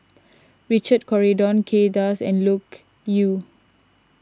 Richard Corridon Kay Das and Loke Yew